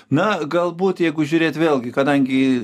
na galbūt jeigu žiūrėt vėlgi kadangi